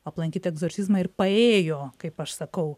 aplankyt egzorcizmą ir paėjo kaip aš sakau